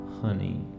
honey